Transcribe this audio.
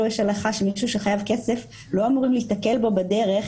יש הלכה שכשמישהו חייב כסף לא אמורים להיתקל בו בדרך